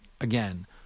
Again